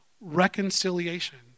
reconciliation